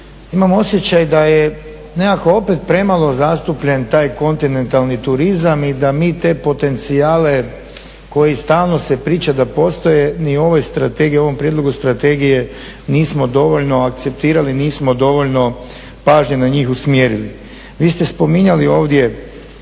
imam osjećaj da je nekako opet premalo zastupljen taj kontinentalni turizam i da mi te potencijale koji stalno se priča da postoje ni u ovom prijedlogu strategije nismo dovoljno akceptirali, nismo dovoljno pažnje na njih usmjerili. Vi ste spominjali ovdje